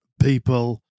people